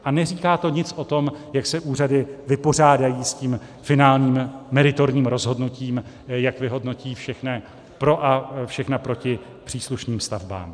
A neříká to nic o tom, jak se úřady vypořádají s tím finálním meritorním rozhodnutím, jak vyhodnotí všechna pro a všechna proti k příslušným stavbám.